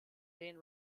den